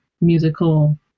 musical